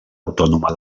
autònoma